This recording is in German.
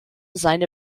seine